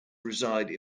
reside